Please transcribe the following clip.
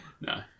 No